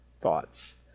thoughts